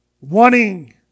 wanting